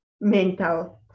mental